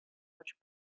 much